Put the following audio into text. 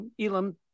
Elam